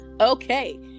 Okay